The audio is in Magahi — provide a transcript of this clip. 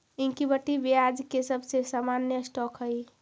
इक्विटी ब्याज के सबसे सामान्य स्टॉक हई